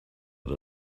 did